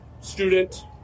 student